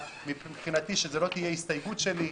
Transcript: מבחינתי שזאת לא תהיה ההסתייגות שלי.